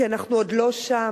כי אנחנו עוד לא שם.